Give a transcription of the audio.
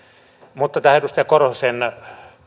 mutta tähän edustaja korhosen